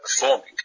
performing